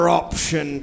option